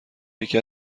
یکی